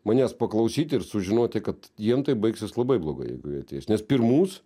manęs paklausyti ir sužinoti kad jiem tai baigsis labai blogai jeigu jie ateis nes pirmus